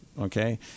Okay